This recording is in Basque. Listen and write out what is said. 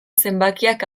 zenbakiak